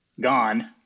gone